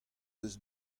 deus